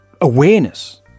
awareness